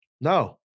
No